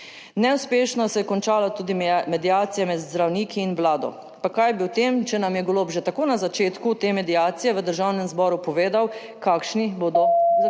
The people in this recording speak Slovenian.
Neuspešno se je končala tudi mediacija med zdravniki in vlado; pa kaj bi o tem, če nam je Golob že takoj na začetku te mediacije v Državnem zboru povedal, kakšni bodo zaključki